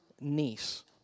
niece